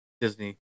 Disney